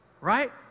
right